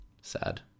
Sad